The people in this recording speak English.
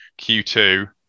Q2